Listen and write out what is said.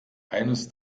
eines